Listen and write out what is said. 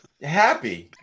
Happy